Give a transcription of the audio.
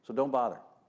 don't bother.